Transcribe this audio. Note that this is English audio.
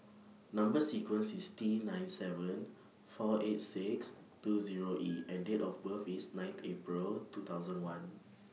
Number sequence IS T nine seven four eight six two Zero E and Date of birth IS ninth April two thousand and one